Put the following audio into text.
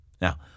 Now